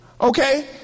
Okay